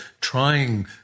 trying